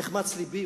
נחמץ לבי,